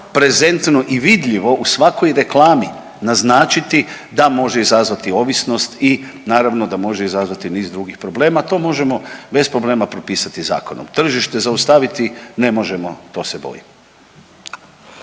prezentno i vidljivo u svakoj reklami naznačiti da može izazvati ovisnost i naravno da može izazvati niz drugih problema. To možemo bez problema propisati zakonom, tržište zaustaviti ne možemo, to se bojim.